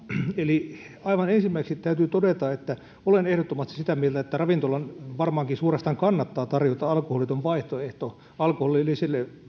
eli aivan ensimmäiseksi täytyy todeta että olen ehdottomasti sitä mieltä että ravintolan varmaankin suorastaan kannattaa tarjota alkoholiton vaihtoehto alkoholillisille